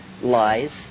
lies